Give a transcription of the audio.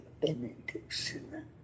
benediction